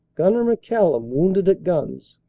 gunner mccallum wounded at guns,